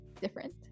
Different